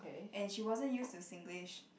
and she wasn't use to Singlish